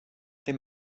dem